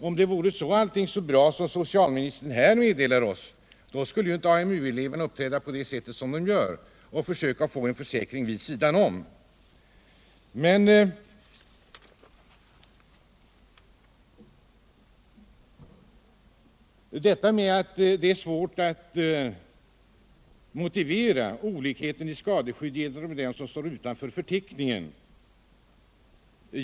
Om allt vore så bra som socialministern här meddelar oss, skulle AMU-eleverna inte uppträda som de gör och försöka få en försäkring vid sidan om.